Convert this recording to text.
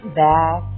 back